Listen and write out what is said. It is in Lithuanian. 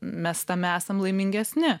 mes tame esam laimingesni